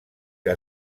que